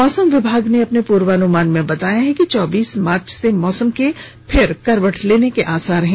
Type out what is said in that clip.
मौसम विभाग ने अपने पूर्वानुमान में बताया है कि चौबीस मार्च से मौसम के फिर करवट लेने के आसार हैं